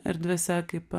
erdvėse kaip